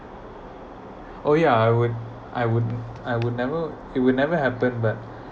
oh yeah I would I would I would never it will never happen but